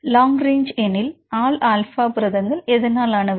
மாணவர் long range எனில் ஆல் ஆல்ஃபா புரதங்கள் எதனால் ஆனவை